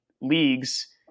leagues